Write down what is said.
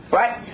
right